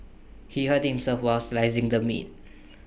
he hurt himself while slicing the meat